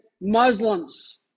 Muslims